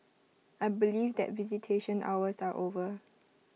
I believe that visitation hours are over